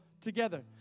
together